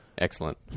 Excellent